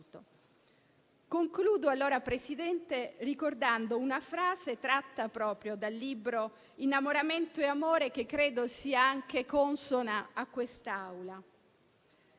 Concludo, signor Presidente, ricordando una frase tratta proprio dal libro «Innamoramento e amore», che credo sia anche consona a quest'Aula.